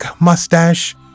mustache